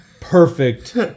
perfect